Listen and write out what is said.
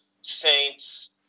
Saints